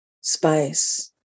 space